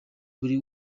buri